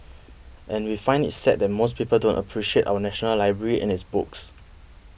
and we find it sad that most people don't appreciate our national library and its books